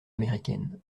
américaine